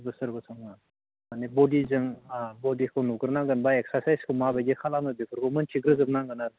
बोसोर बोसोरनो माने बडिजों आह बडिखौ नुगोरनांगोन बा एक्सारसाइसखौ माबायदि खालामो बेफोरखौ मोनथिग्रोजोबनांगोन आरो